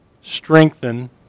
strengthen